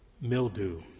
mildew